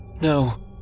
No